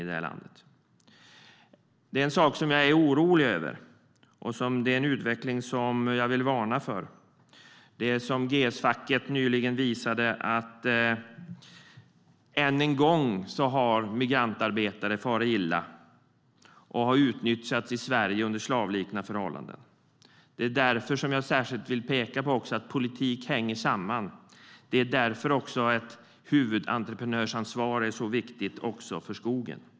Det finns en sak jag är orolig över och en utveckling som jag vill varna för. GS-facket visade nyligen att migrantarbetare ännu en gång har farit illa och utnyttjats i Sverige under slavliknande förhållanden. Politik hänger samman. Därför är ett huvudentreprenörsansvar så viktigt också för skogen.